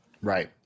Right